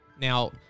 Now